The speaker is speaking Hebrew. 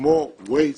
כמו וייז,